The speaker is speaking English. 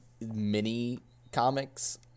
mini-comics